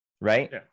right